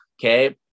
Okay